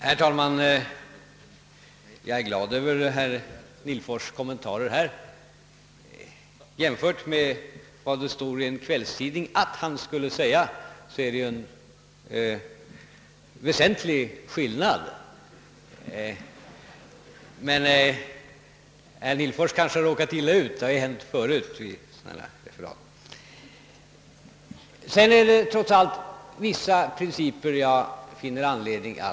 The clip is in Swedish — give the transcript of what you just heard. Herr talman! Jag är glad över herr Nihlfors” kommentarer. Mellan dem och vad det står i en kvällstidning att han skulle säga är det en väsentlig skillnad. Kanske herr Nihblfors har råkat illa ut; det har hänt förut i sådana referat. Trots allt finner jag anledning att slå fast vissa principer.